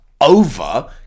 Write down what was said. over